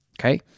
Okay